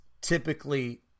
typically